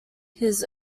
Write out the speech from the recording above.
his